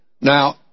Now